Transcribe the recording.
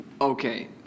okay